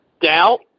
Doubt